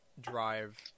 drive